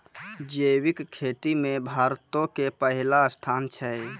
जैविक खेती मे भारतो के पहिला स्थान छै